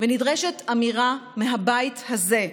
ונדרשת אמירה מהבית הזה,